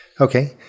Okay